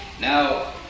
Now